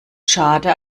schade